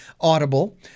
Audible